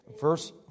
Verse